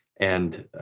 and